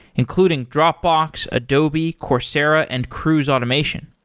including dropbox, adobe, coursera and cruise automation.